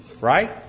Right